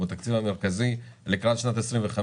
בתרחיש המרכזי לקראת שנת 2025,